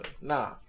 nah